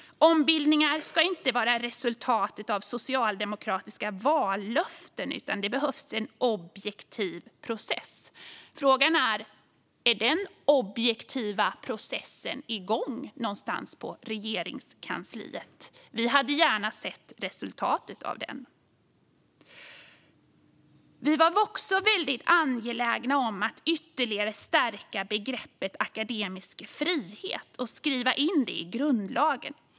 Ombildningar ska inte vara resultatet av socialdemokratiska vallöften, utan det behöver finnas en objektiv process. Frågan är om denna objektiva process är igång någonstans på Regeringskansliet. Vi hade gärna sett resultatet av den. Vi var också angelägna om att ytterligare stärka begreppet akademisk frihet och skriva in det i grundlagen.